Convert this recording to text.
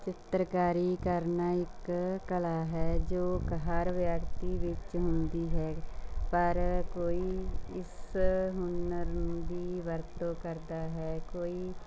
ਚਿੱਤਰਕਾਰੀ ਕਰਨਾ ਇੱਕ ਕਲਾ ਹੈ ਜੋ ਹਰ ਵਿਅਕਤੀ ਵਿੱਚ ਹੁੰਦੀ ਹੈ ਪਰ ਕੋਈ ਇਸ ਹੁਨਰ ਦੀ ਵਰਤੋਂ ਕਰਦਾ ਹੈ ਕੋਈ